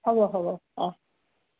হ'ব হ'ব অঁ